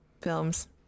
films